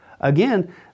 Again